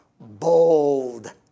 bold